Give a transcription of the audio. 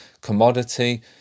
commodity